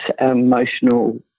emotional